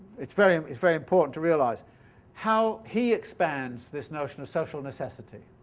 it's very, um it's very important to realize how he expands this notion of social necessity,